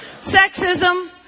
sexism